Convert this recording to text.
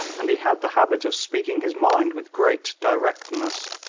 and he had the habit of speaking his mind with great directness,